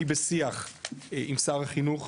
אני בשיח עם שר החינוך,